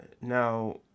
Now